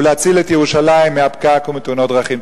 ולהציל את ירושלים מהפקק ומתאונות דרכים.